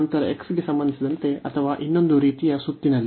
ನಂತರ x ಗೆ ಸಂಬಂಧಿಸಿದಂತೆ ಅಥವಾ ಇನ್ನೊಂದು ರೀತಿಯಲ್ಲಿ ಸುತ್ತಿನಲ್ಲಿ